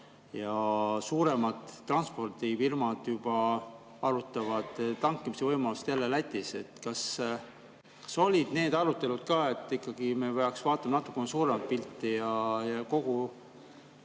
Suuremad transpordifirmad juba arutavad tankimise võimalust Lätis. Kas olid need arutelud ka, et ikkagi me peaks vaatama natuke suuremat pilti: kogu